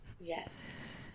yes